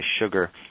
sugar